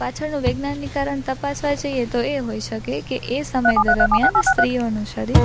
પાછળનું વૈજ્ઞાનિક કારણ તપાસવા જઈએ તો એ હોય શકે કે એ સમય દરમિયાન સ્ત્રીઓનું શરીર